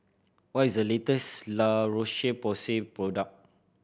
what is the latest La Roche Porsay product